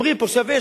אומרים פה: שווה.